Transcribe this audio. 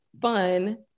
fun